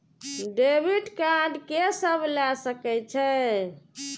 Debit card के सब ले सके छै?